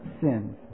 sins